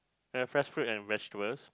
uh fresh fruit and vegetables